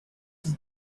that